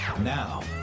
now